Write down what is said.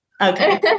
Okay